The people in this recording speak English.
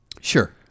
Sure